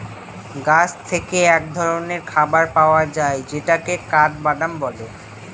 গাছ থেকে এক ধরনের খাবার পাওয়া যায় যেটাকে কাঠবাদাম বলে